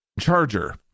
Charger